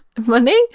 money